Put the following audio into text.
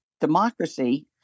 democracy